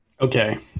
Okay